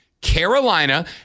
Carolina